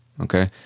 okay